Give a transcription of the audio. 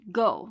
go